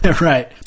right